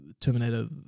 Terminator